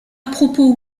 propos